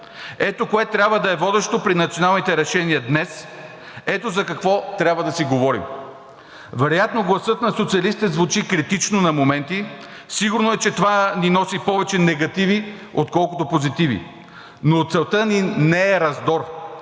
Ето кое трябва да е водещо при националните решения днес, ето за какво трябва да си говорим. Вероятно гласът на социалистите звучи критично на моменти. Сигурно е, че това ни носи повече негативи, отколкото позитиви, но целта не ни е раздор,